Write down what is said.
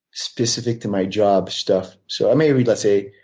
specific to my job stuff. so i might read, let's say,